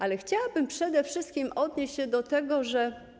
Ale chciałabym przede wszystkim odnieść się do tego, że.